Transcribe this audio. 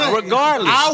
regardless